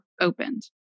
opened